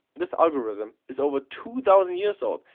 this algorithm is over two thousand years old.